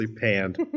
panned